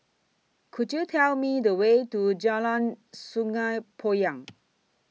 Could YOU Tell Me The Way to Jalan Sungei Poyan